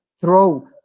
throw